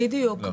בדיוק.